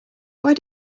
why